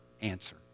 answer